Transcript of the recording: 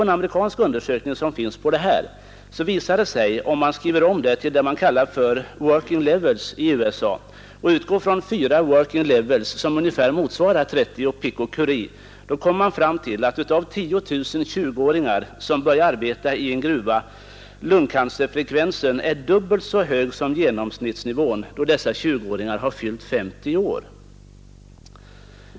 En amerikansk undersökning visar, om man skriver om till vad som kallas ”working levels” i USA och utgår från 4 working levels, som ungefär motsvarar 30 pikocurie, att hos 10 000 20-åringar som börjar arbeta i en gruva är lungcancerfrekvensen dubbelt så hög som genomsnittsnivån när de har fyllt 50 år.